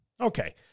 Okay